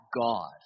God